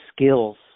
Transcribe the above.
skills